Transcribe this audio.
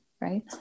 Right